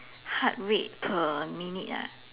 heart rate per minute ah